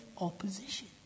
opposition